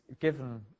given